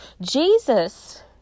Jesus